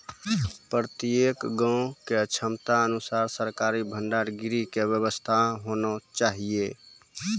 प्रत्येक गाँव के क्षमता अनुसार सरकारी भंडार गृह के व्यवस्था होना चाहिए?